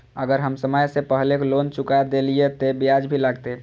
अगर हम समय से पहले लोन चुका देलीय ते ब्याज भी लगते?